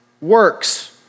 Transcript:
works